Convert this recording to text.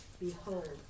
Behold